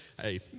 hey